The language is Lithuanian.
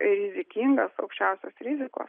rizikingas aukščiausios rizikos